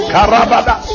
Karabada